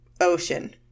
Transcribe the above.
ocean